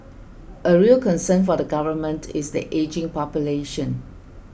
a real concern for the government is the ageing population